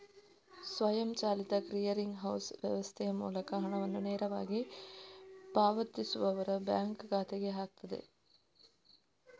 ಸ್ವಯಂಚಾಲಿತ clearing house ವ್ಯವಸ್ಥೆಯ ಮೂಲಕ ಹಣವನ್ನ ನೇರವಾಗಿ ಪಾವತಿಸುವವರ ಬ್ಯಾಂಕ್ ಖಾತೆಗೆ ಹಾಕ್ತದೆ